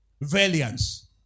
Valiance